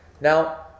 Now